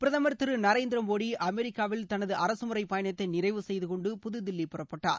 பிரதமர் திரு நரேந்திர மோடி அமெரிக்காவில் தனது அரசுமுறைப் பயணத்தை நிறைவு செய்துகொண்டு புதுதில்லி புறப்பட்டார்